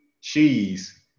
cheese